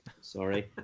sorry